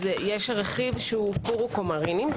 יש רכיב שהוא קורו קומרינים,